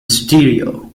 stereo